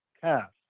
cast